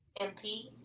MP